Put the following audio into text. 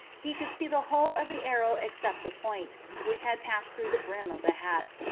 he could see the whole of the arrow except the point, which had passed through the brim of the hat.